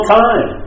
time